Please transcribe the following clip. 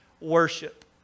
worship